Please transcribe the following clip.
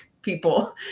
People